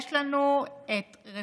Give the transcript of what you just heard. יש לנו רפורמת